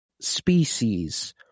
species